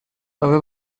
aveva